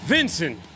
Vincent